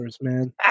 man